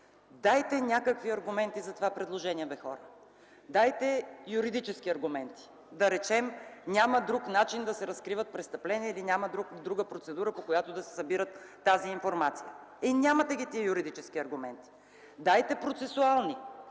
Дайте някакви аргументи за това предложение, бе хора! Дайте юридически аргументи, да речем: „няма друг начин да се разкриват престъпления” или „няма друга процедура, по която да се събира тази информация”. Е, нямате ги тези юридически аргументи! Дайте процесуални